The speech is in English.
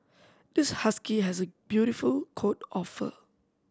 this husky has a beautiful coat of fur